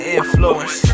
influence